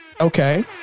Okay